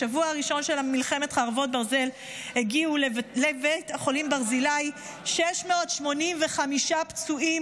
בשבוע הראשון של מלחמת חרבות ברזל הגיעו לבית החולים ברזילי 685 פצועים,